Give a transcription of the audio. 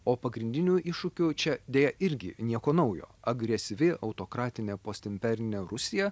o pagrindiniu iššūkiu čia deja irgi nieko naujo agresyvi autokratine postimpernė rusija